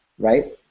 right